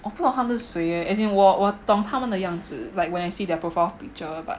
我不懂他们是谁 leh as in 我我懂他们的样子 like when I see their profile picture but